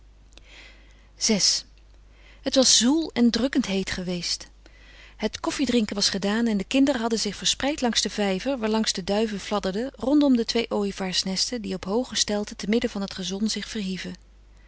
vi het was zwoel en drukkend heet geweest het koffiedrinken was gedaan en de kinderen hadden zich verspreid langs den vijver waarlangs de duiven fladderden rondom de twee ooievaarsnesten die op hooge stelten te midden van het gazon zich verhieven